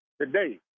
Today